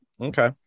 okay